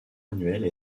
annuelle